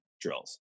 drills